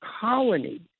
colony